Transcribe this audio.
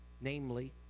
namely